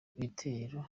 bitero